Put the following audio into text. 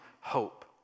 hope